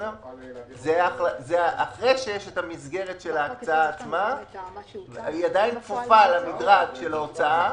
זה אחרי שיש המסגרת של ההקצאה היא עדיין כפופה למדרג של ההוצאה,